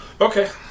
Okay